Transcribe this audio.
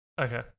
Okay